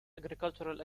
agricultural